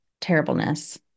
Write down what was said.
terribleness